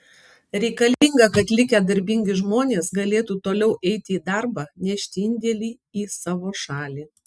reikalinga kad likę darbingi žmonės galėtų toliau eiti į darbą nešti indėlį į savo šalį